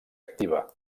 activa